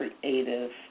creative